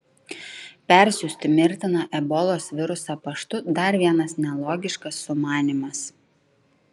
persiųsti mirtiną ebolos virusą paštu dar vienas nelogiškas sumanymas